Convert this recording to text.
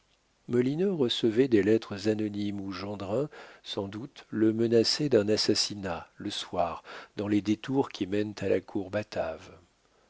molineux recevait des lettres anonymes où gendrin sans doute le menaçait d'un assassinat le soir dans les détours qui mènent à la cour